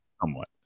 Somewhat